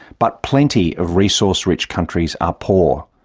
but plenty of resource-rich countries are poor.